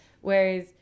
Whereas